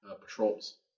patrols